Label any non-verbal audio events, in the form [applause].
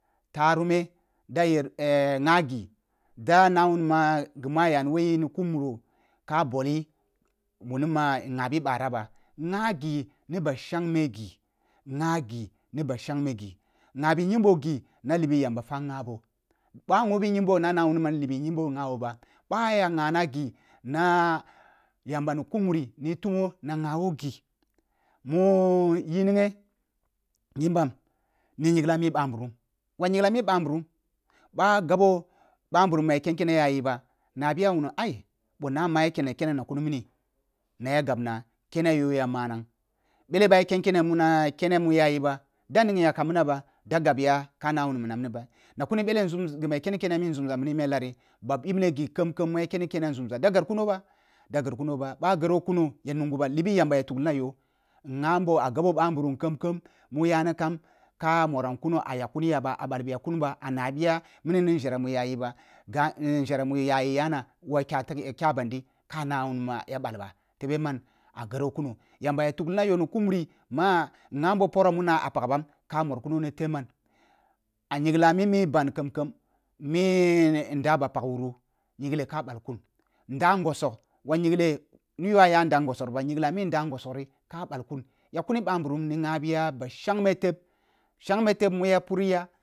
Tarume da yer [hesitation] ngha gi da na wuni ma ghi mu ah yani woh yi ni ku muro ka boli wuni ma ngha bi bara ba ngha ghi ni ba shangme ghi – ngha ghi ni ba shangme ghi ngha bi nyimbo ghi na libi shangme ghi ngha bi nyimbo ghi na libi yamba fa ngha boh bah ngho bi nyimbo na na wuni ma libi nyimbo ngha bo bar bah a ya ngha na ghi na yaba ni ku muri ya tingho na ngha bo ghi mu nyinghe nyimbam ni nyingla mi ba nburum wa nyingla mi ba nburum ba gabo ba nburum ba ken kene yayi ba nabiya uluni ai boh na ma ya ken ni kene na kuni m, n. Na ya yabna kene yo ya manang bele ba ya ken kene muna kene mu yayi ba da ningya kamana ba da gabya ka na uluni minan ni ba na kuni bele nzum gho muya ken ni kene ah mi nzumza mini melaru ba bibne ghi khem-khem mu ya ken ni kene nzumza da gaí kuno ba – da gar kuno ba, ɓa garo kuno ya nunghu ba libi yamba ya tuglina yo ngham bo a gabo ba nburun kham-kham mu yani kam ka mora kuno a yak kuni ya ba a bal biya kun ba a na biya mini ni njere mu yayi ba ga njere mu yayi yana wa kya tig ya kya bandi ka na wuni ma ya ɓal ba tebe man ah gharo kuno yanba ya tuglina yoh won ku muri ma nghan bo phoro muna a pag bam ka mor kuno ni teh man a nyinta mimi ban kam-kam mi nda ba pag wuru nyingle ka ɓal nda ngosok ri wa nyingla ni yo aya ngosok ri ka ɓal kum yak kun ɓa nburum ngha biya ba shangne teh – shangme teb mu ya puri ya.